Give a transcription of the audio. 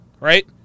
right